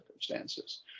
circumstances